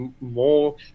more